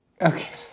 Okay